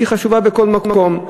שהיא חשובה בכל מקום,